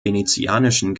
venezianischen